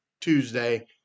Tuesday